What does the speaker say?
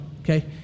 okay